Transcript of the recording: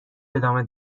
ادامه